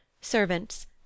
servants